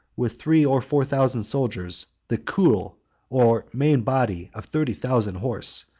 with three or four thousand soldiers, the coul or main body of thirty thousand horse,